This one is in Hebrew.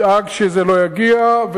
ידאג שזה לא יגיע,